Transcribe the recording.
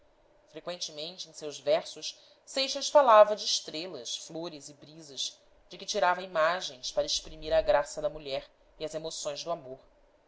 freqüentemente em seus versos seixas falava de estrelas flores e brisas de que tirava imagens para exprimir a graça da mulher e as emoções do amor